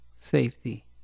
safety